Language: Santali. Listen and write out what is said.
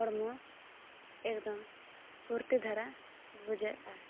ᱦᱚᱲᱢᱚ ᱮᱠᱫᱚᱢ ᱯᱷᱩᱨᱛᱤ ᱫᱷᱟᱨᱟ ᱵᱩᱡᱷᱟᱹᱜᱼᱟ